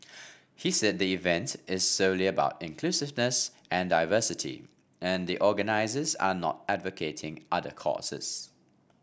he said the event is solely about inclusiveness and diversity and the organisers are not advocating other causes